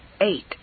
Eight